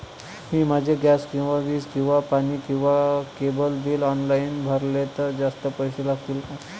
मी माझे गॅस किंवा वीज किंवा पाणी किंवा केबल बिल ऑनलाईन भरले तर जास्त पैसे लागतील का?